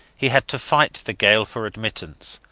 he had to fight the gale for admittance,